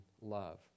love